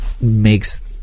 makes